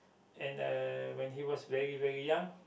and uh when he was very very young